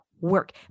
work